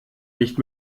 nicht